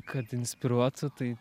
kad inspiruotų tai